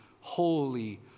holy